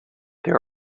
there